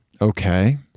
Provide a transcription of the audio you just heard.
okay